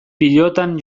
pilotan